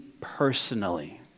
personally